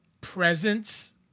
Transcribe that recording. presence